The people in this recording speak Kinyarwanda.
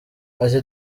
ati